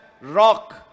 rock